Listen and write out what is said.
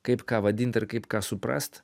kaip ką vadint ir kaip ką suprast